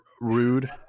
Rude